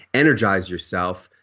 energize yourself.